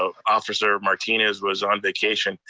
ah officer martinez was on vacation,